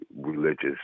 religious